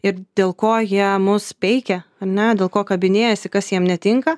ir dėl ko jie mus peikia ar ne dėl ko kabinėjasi kas jiem netinka